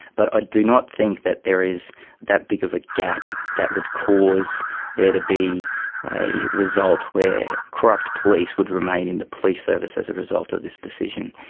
but i do not think that there is that big of a gap that would cause there to be a result where corrupt police would remain in the police service as a result of this decision.